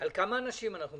על כמה אנשים אנחנו מדברים?